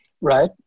right